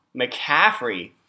McCaffrey